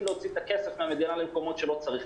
להוציא את הכסף מהמדינה למקומות שלא צריך,